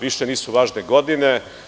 Više nisu važne godine.